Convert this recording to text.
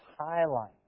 highlight